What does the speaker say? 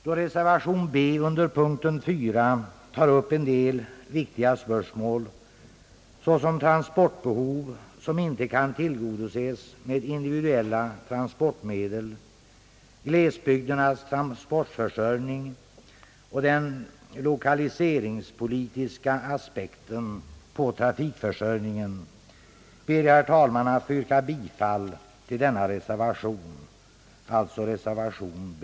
Då reservation b under punkten 4 tar upp en del viktiga spörsmål, såsom transportbehov som inte kan tillgodoses med individuella transportmedel, glesbygdernas transportförsörjning och den lokaliseringspolitiska aspekten på trafikförsörjningen, ber jag, herr talman, att få yrka bifall till reservation b.